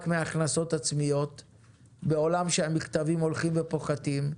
מהכנסות עצמיות בעולם שהמכתבים הולכים ופוחתים,